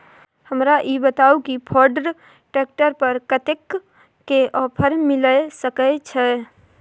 हमरा ई बताउ कि फोर्ड ट्रैक्टर पर कतेक के ऑफर मिलय सके छै?